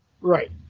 Right